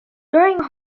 during